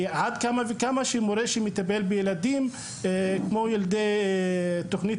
ועד כמה וכמה מורה שמטפל בילדים כמו ילדי תוכנית